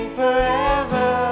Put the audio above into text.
forever